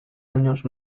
años